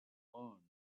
loan